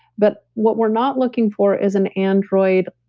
but what we're not looking for is an android,